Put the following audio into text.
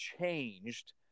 changed